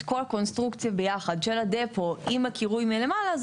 כל הקונסטרוקציה ביחד של הדפו עם הקירוי מלמעלה,